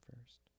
first